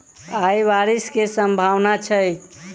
आय बारिश केँ सम्भावना छै?